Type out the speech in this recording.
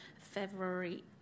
February